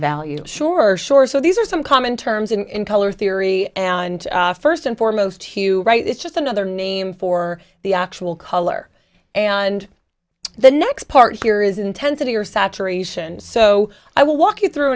value sure sure so these are some common terms in color theory and first and foremost hugh right is just another name for the actual color and the next part here is intensity or saturation so i will walk you through